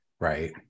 Right